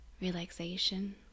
Relaxation